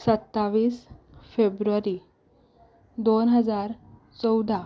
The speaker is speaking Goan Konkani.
सत्तावीस फेब्रुवारी दोन हजार चवदा